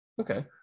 Okay